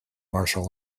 martial